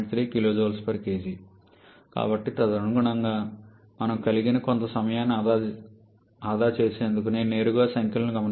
3 𝑘𝐽𝑘g కాబట్టి తదనుగుణంగా మనము కలిగి కొంత సమయాన్ని ఆదా చేసేందుకు నేను నేరుగా సంఖ్యలను గమనిస్తున్నాను